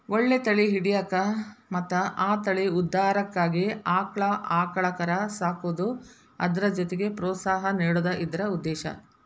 ಒಳ್ಳೆ ತಳಿ ಹಿಡ್ಯಾಕ ಮತ್ತ ಆ ತಳಿ ಉದ್ಧಾರಕ್ಕಾಗಿ ಆಕ್ಳಾ ಆಕಳ ಕರಾ ಸಾಕುದು ಅದ್ರ ಜೊತಿಗೆ ಪ್ರೋತ್ಸಾಹ ನೇಡುದ ಇದ್ರ ಉದ್ದೇಶಾ